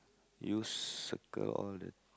you circle all the